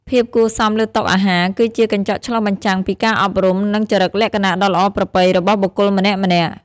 ភាពគួរសមលើតុអាហារ គឺជាកញ្ចក់ឆ្លុះបញ្ចាំងពីការអប់រំ និងចរិតលក្ខណៈដ៏ល្អប្រពៃរបស់បុគ្គលម្នាក់ៗ។